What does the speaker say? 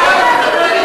איזה שקטה,